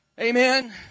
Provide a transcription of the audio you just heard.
Amen